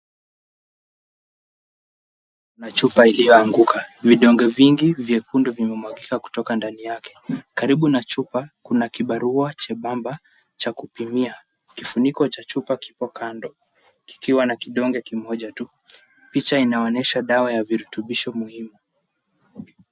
Kuna chupa iliyoanguka, vidonge vingi vyekundu vimemwagika kutoka ndani yake. Karibu na chupa kuna kibarua chembamba cha kupimia, kifuniko cha chupa kipo kando kikiwa na kidonge kimoja tu, picha inaonyesha dawa ya virutubisho muhimu.